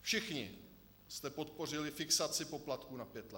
Všichni jste podpořili fixaci poplatků na pět let.